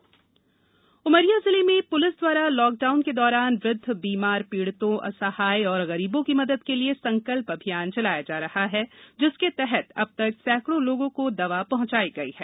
उमरिया अच्छी खबर उमरिया जिले में प्लिस द्वारा लाकडाउन के दौरान वृद्ध बीमार पीड़ितों असहाय और गरीबों की मदद के लिये संकल्प अभियान चलाया जा रहा है जिसके तहत अब तक सैकड़ो लोंगों को दवा पहंचाई गई है